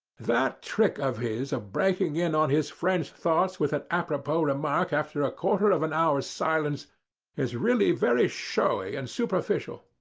that trick of his of breaking in on his friends' thoughts with an apropos remark after a quarter of an hour's silence is really very showy and superficial.